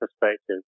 perspective